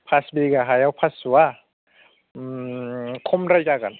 फास बिगा हायाव फास्स'या ओम खमद्राय जागोन